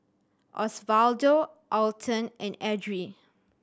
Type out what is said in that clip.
Osvaldo Alton and Edrie